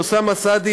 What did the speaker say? אוסאמה סעדי,